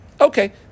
Okay